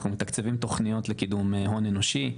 אנחנו מתקצבים תכניות לקידום הון אנושי,